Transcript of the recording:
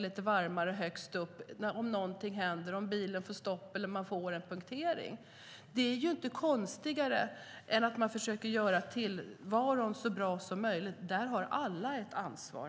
lite varmare kläderna högst upp om någonting händer och bilen får stopp eller punktering. Det är ju inte konstigare än att man försöker göra tillvaron så bra som möjligt. Där har alla ett ansvar.